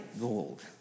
gold